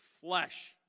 flesh